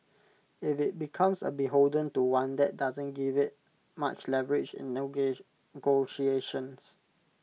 if IT becomes beholden to one that doesn't give IT much leverage in negotiations